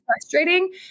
frustrating